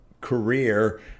career